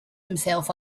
himself